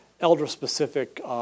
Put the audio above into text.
elder-specific